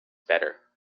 better